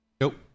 Nope